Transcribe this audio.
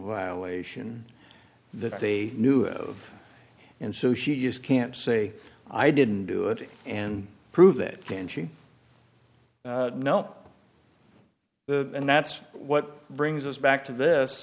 violation that they knew of and so she just can't say i didn't do it and prove it and she know the and that's what brings us back to this